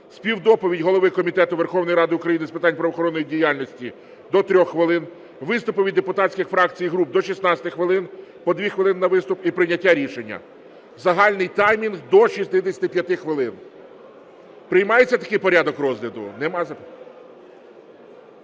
співдоповідь голови Комітету Верховної Ради України з питань правоохоронної діяльності до 3 хвилин, виступи від депутатських фракцій і груп до 16 хвилин, по 2 хвилини на виступ, і прийняття рішення. Загальний таймінг – до 65 хвилин. Приймається такий порядок розгляду? Дякую, приймається.